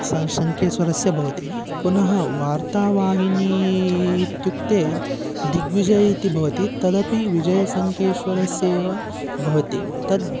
सा सङ्केश्वरस्य भवति पुनः वार्तावाहिनी इत्युक्ते दिग्विजयः इति भवति तदपि विजयसङ्केश्वरस्य एव भवति तद्